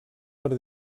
per